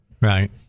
right